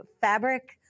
fabric